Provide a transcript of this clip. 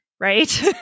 Right